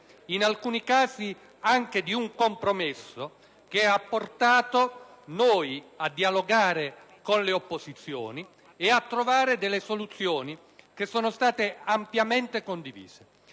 in alcuni casi anche di un compromesso, che ha portato noi a dialogare con le opposizioni e a trovare delle soluzioni che sono state ampiamente condivise.